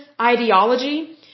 ideology